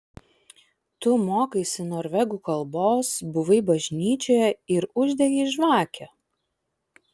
tu mokaisi norvegų kalbos buvai bažnyčioje ir uždegei žvakę